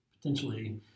potentially